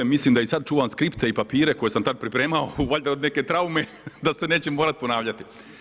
mislim da i sad čuvam skripte i papire koje sam tada pripremao valjda od neke traume da se neće morati ponavljati.